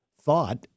thought